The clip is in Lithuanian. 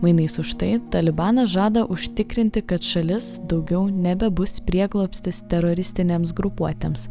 mainais už tai talibanas žada užtikrinti kad šalis daugiau nebebus prieglobstis teroristinėms grupuotėms